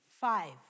five